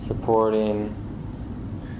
Supporting